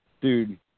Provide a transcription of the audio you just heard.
dude